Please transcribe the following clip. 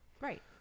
Right